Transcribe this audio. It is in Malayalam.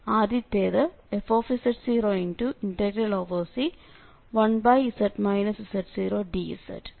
ആദ്യത്തേത് fz0C1z z0dz